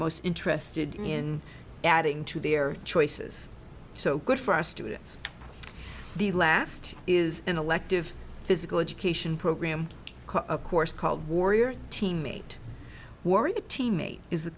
most interested in adding to their choices so good for our students the last is an elective physical education program a course called warrior teammate worry a teammate is